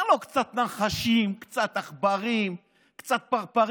אומר לו: קצת נחשים, קצת עכברים, קצת פרפרים.